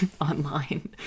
online